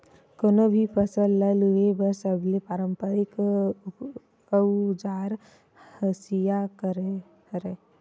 कोनो भी फसल ल लूए बर सबले पारंपरिक अउजार हसिया हरय